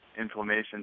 inflammation